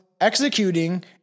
executing